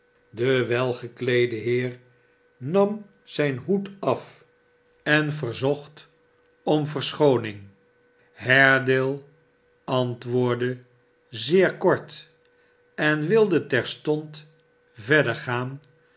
de welgekleede heer nam zijn hoed af en verzocht om verschoow barnaby rudge iring harenale antwoordde zeer kort en wilde terstond verder gaan